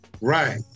Right